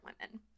women